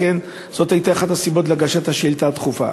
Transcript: זאת הייתה אחת הסיבות להגשת השאילתה הדחופה.